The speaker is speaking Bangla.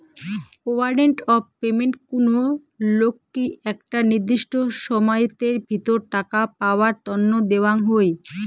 ওয়ারেন্ট অফ পেমেন্ট কুনো লোককি একটা নির্দিষ্ট সময়াতের ভিতর টাকা পাওয়ার তন্ন দেওয়াঙ হই